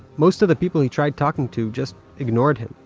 most of the people he tried talking to just ignored him,